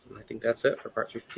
i think that's it for part three